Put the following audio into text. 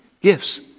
gifts